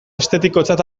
estetikotzat